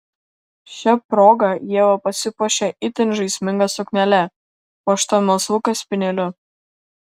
šia proga ieva pasipuošė itin žaisminga suknele puošta melsvu kaspinėliu